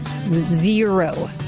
Zero